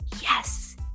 Yes